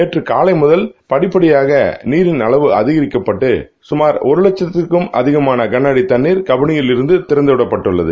நேற்று காவை முதல் படிப்படியாக நீரின் அளவு அதிகரிக்கப்பட்டு சுமார் ஒரு வட்சத்திற்கும் அதிகமான கனஅடி தண்ணர் கபினிபிலிருந்து திறந்தவிடப்பட்டுள்ளது